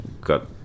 got